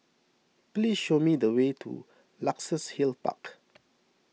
please show me the way to Luxus Hill Park